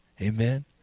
Amen